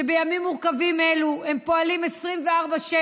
שבימים מורכבים אלו הם פועלים 24/7,